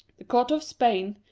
the court of spain,